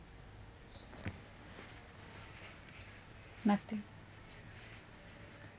nothing